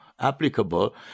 applicable